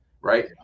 right